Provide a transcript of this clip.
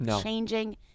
changing